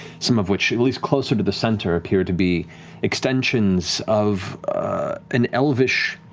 some of which, at least closer to the center, appear to be extensions of an elvish,